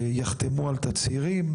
יחתמו על תצהירים